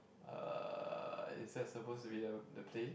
uh is that supposed to be the the play